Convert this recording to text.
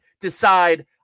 decide